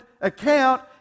account